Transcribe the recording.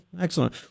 Excellent